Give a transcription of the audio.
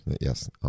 Yes